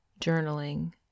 journaling